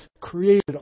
created